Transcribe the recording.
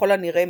ככל הנראה,